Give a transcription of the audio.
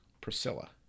Priscilla